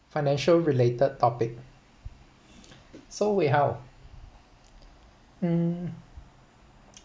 financial related topic so wei hao um